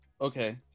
Okay